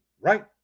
right